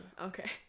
okay